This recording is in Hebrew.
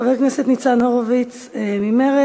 חבר הכנסת ניצן הורוביץ ממרצ,